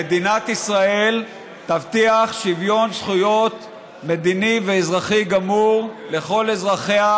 מדינת ישראל תבטיח שוויון זכויות מדיני ואזרחי גמור לכל אזרחיה,